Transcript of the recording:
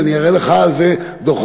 ואני אראה לך על זה דוחות,